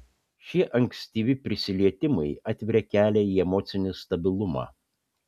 šie ankstyvi prisilietimai atveria kelią į emocinį stabilumą